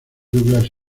douglas